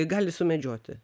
gali sumedžioti